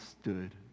stood